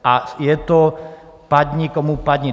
A je to padni komu padni.